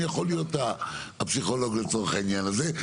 אני יכול להיות הפסיכולוג לצורך העניין הזה,